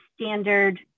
standard